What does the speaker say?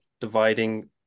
dividing